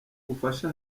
bufasha